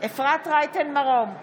אפרת רייטן מרום,